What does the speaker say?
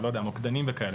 מוקדנים וכולי,